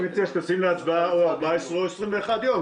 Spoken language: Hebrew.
אני מציע שתעלה להצבעה 21 יום או 14 יום,